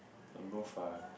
and both are